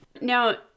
Now